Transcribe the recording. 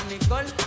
Nicole